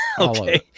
Okay